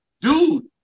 dude